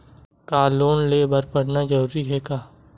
का लोन ले बर पढ़ना जरूरी हे का?